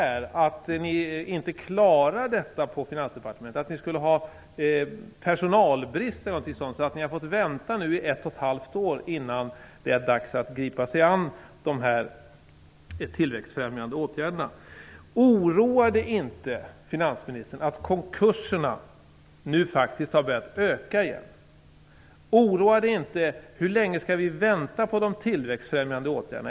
Det kan inte vara så att ni inte klarar detta på Finansdepartementet för att ni skulle ha personalbrist eller någonting sådant och därför måste vänta ett och ett halvt år innan det är dags att gripa sig an de tillväxtfrämjande åtgärderna. Oroar det inte finansministern att konkurserna nu faktiskt har börjat öka igen? Hur länge skall vi vänta på de tillväxtfrämjande åtgärderna?